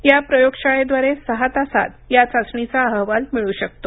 या प्रयोगशाळेद्वारे सहा तासात या चाचणीचा अहवाल मिळू शकतो